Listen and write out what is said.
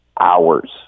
hours